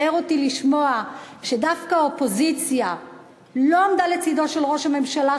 מצער אותי לשמוע שדווקא האופוזיציה לא עמדה לצדו של ראש הממשלה,